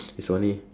is only